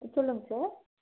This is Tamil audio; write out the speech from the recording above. சொல்லுங்கள் சார்